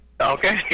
Okay